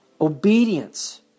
obedience